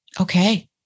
Okay